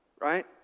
right